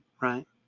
right